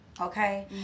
okay